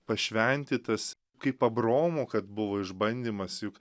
pašventytas kaip abraomo kad buvo išbandymas juk